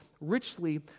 richly